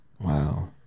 Wow